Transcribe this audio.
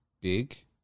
big